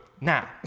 Now